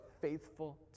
faithful